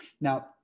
Now